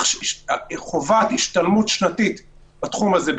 חובת השתלמות שנתית בתחום הזה,